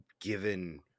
given